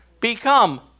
become